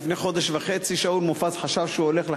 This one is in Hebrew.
לפני חודש וחצי שאול מופז חשב שהוא הולך לחפש,